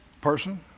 Person